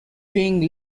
being